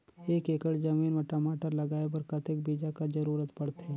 एक एकड़ जमीन म टमाटर लगाय बर कतेक बीजा कर जरूरत पड़थे?